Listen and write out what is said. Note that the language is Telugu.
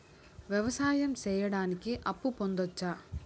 వ్యవసాయం సేయడానికి అప్పు పొందొచ్చా?